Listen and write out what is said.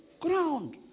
ground